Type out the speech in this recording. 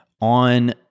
on